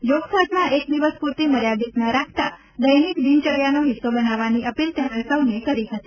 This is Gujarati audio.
યોગ સાધના એક દિવસ પુરતી મર્યાદિત ન રાખતા દૈનિક દિનચર્યાનો હિસ્સો બનાવવાની અપીલ તેમણે સૌને કરી હતી